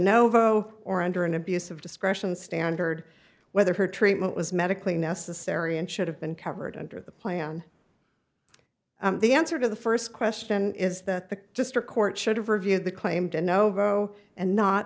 novo or under an abuse of discretion standard whether her treatment was medically necessary and should have been covered under the plan the answer to the first question is that the district court should have reviewed the claim to no go and not